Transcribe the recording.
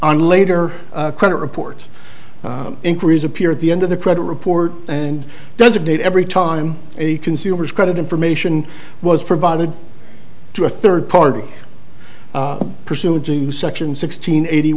on later credit reports inquiries appear at the end of the credit report and does a date every time a consumer's credit information was provided to a third party pursuit section sixteen eighty